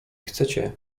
chcecie